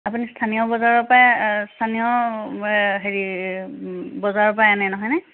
আপুনি স্থানীয় বজাৰৰ পৰাই স্থানীয় হেৰি বজাৰৰ পৰাই আনে নহয়নে